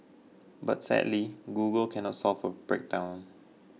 but sadly Google can not solve a breakdown